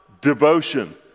devotion